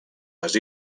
les